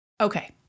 Okay